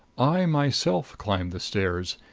i myself climbed the stairs,